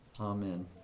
amen